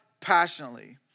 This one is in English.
passionately